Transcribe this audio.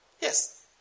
Yes